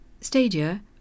Stadia